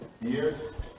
yes